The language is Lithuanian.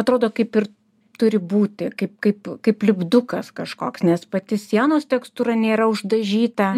atrodo kaip ir turi būti kaip kaip kaip lipdukas kažkoks nes pati sienos tekstūra nėra uždažyta